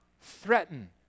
threaten